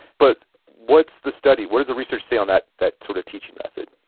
but what's the study? what does the research say on that that sort of teaching method?